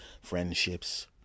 friendships